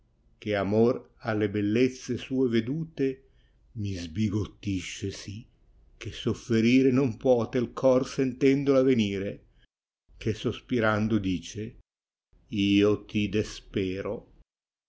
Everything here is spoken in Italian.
che amor alle bellezze sue vedute mi sbigottisce sì che sofferire non puote il cor sentendola venire che sospirando dice io ti despero